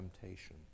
temptation